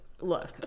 look